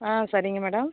ஆ சரிங்க மேடம்